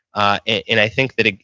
and i think that, ah